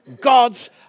God's